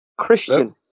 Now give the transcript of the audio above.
Christian